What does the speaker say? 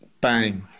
bang